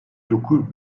dokuz